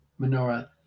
menorah